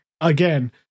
Again